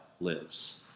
lives